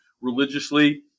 religiously